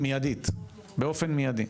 מיידית באופן מידי.